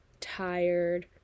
tired